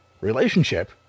relationship